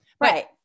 Right